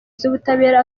z’ubutabera